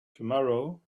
tomorrow